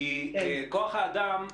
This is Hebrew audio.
כי כוח האדם,